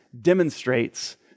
demonstrates